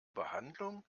behandlung